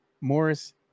Morris